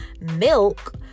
milk